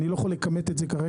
אני לא יכול לכמת את זה כרגע,